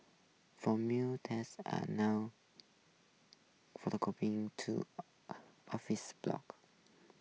four tens are now two office blocks